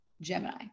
gemini